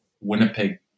Winnipeg